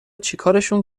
چیکارشون